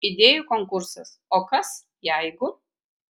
idėjų konkursas o kas jeigu